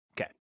Okay